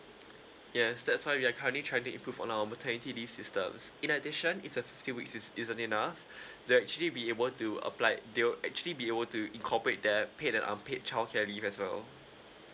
yes that's why we're currently trying to improve on our maternity leave systems in addition if the fifty weeks is isn't enough they'll actually be able to applied they'll actually be able to incorporate their paid and unpaid childcare leave as well